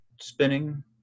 spinning